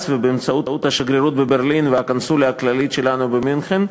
ובאמצעות השגרירות בברלין והקונסוליה הכללית שלנו במינכן,